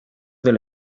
del